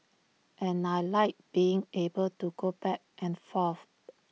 and I Like being able to go back and forth